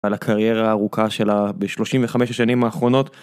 על הקריירה הארוכה שלה ב-35 השנים האחרונות.